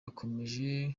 akomeje